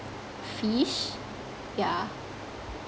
fish yeah